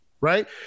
right